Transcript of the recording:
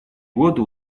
годы